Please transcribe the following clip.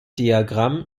diagramm